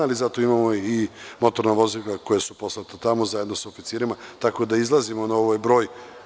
Imamo i motorna vozila poslata tamo zajedno sa oficirima, tako da izlazimo na ovaj broj.